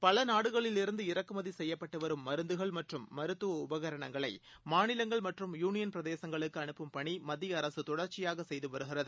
பலநாடுகளிலிருந்து இறக்குமதிசெய்யப்பட்டுவரும் மருந்துகள் மற்றம் மருத்துவஉபகரணங்களைமாநிலங்கள் மற்றும் யூனியன் பிரதேசங்களுக்குஅனுப்பும் பணிமத்திய அரசுதொடர்ச்சியாகசெய்துவருகிறது